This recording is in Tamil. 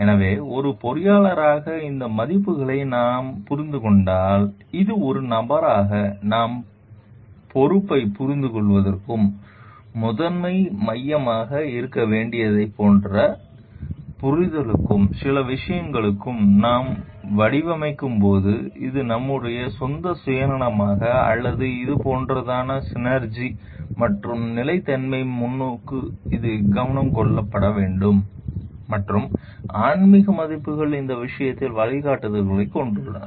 எனவே ஒரு பொறியியலாளராக இந்த மதிப்புகளை நாம் புரிந்து கொண்டால் அது ஒரு நபராக நம் பொறுப்பைப் புரிந்துகொள்வதற்கும் முதன்மை மையமாக இருக்க வேண்டியதைப் போன்ற புரிதலுக்கும் சில விஷயங்களுக்கு நாம் வடிவமைக்கும்போது அது நம்முடைய சொந்த சுயநலமா அல்லது இது போன்றதா சினெர்ஜி மற்றும் நிலைத்தன்மை முன்னோக்கு இது கவனித்துக்கொள்ளப்பட வேண்டும் மற்றும் ஆன்மீக மதிப்புகள் இந்த விஷயத்தில் வழிகாட்டுதலைக் கொடுத்துள்ளன